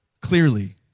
clearly